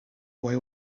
boy